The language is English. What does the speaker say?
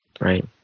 Right